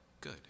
good